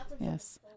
Yes